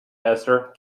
esther